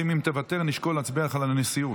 אומרים שאם תוותר נשקול להצביע לך לנשיאות.